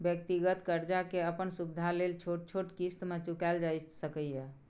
व्यक्तिगत कर्जा के अपन सुविधा लेल छोट छोट क़िस्त में चुकायल जाइ सकेए